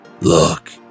Look